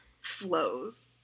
flows